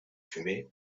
fumé